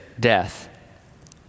death